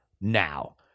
now